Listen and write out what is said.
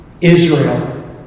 Israel